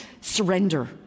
surrender